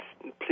Please